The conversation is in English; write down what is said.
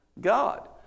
God